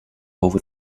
over